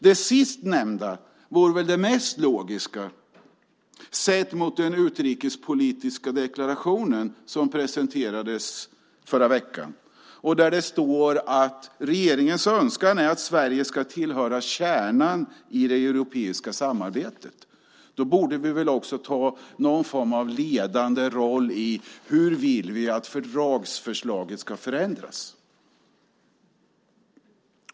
Det sistnämnda vore väl det mest logiska, sett mot den utrikespolitiska deklarationen som presenterades förra veckan. Där står det att regeringens önskan är att Sverige ska tillhöra kärnan i det europeiska samarbetet. Då borde vi väl också ta någon form av ledande roll i hur vi vill att fördragsförslaget ska förändras.